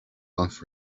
off